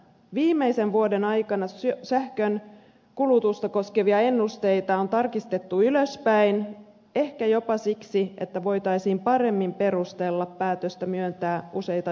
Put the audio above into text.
viimeisen vuoden aikana sähkönkulutusta koskevia ennusteita on tarkistettu ylöspäin ehkä jopa siksi että voitaisiin paremmin perustella päätöstä myöntää useita ydinvoimalupia